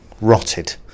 Rotted